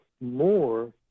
more